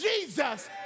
Jesus